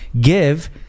give